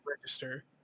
register